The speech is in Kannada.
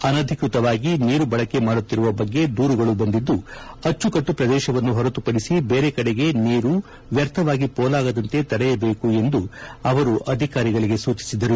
ಅನಧಿಕೃತವಾಗಿ ನೀರು ಬಳಕೆ ಮಾಡುತ್ತಿರುವ ಬಗ್ಗೆ ದೂರುಗಳು ಬಂದಿದ್ದು ಅಚ್ಚುಕಟ್ಟು ಪ್ರದೇಶವನ್ನು ಹೊರತು ಪಡಿಸಿ ಬೇರೆ ಕಡೆಗೆ ನೀರು ವ್ಯರ್ಥವಾಗಿ ಪೋಲಾಗದಂತೆ ತಡೆಯಬೇಕು ಎಂದು ಅಧಿಕಾರಿಗಳಿಗೆ ಅವರು ಸೂಚಿಸಿದರು